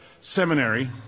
Seminary